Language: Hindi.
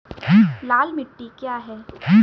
लाल मिट्टी क्या है?